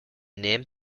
named